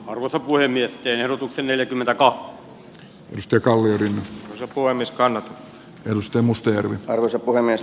arvoisa puhemies eero kohti neljäkymmentä kahta mustakallio on voimistanut rustem mustajärvi arvoisa puhemies